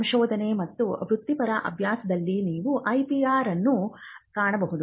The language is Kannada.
ಸಂಶೋಧನೆ ಮತ್ತು ವೃತ್ತಿಪರ ಅಭ್ಯಾಸದಲ್ಲಿ ನೀವು IPR ಅನ್ನು ಕಾಣಬಹುದು